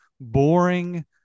boring